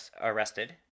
arrested